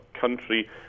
country